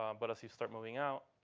um but as you start moving out,